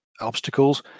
obstacles